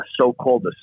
so-called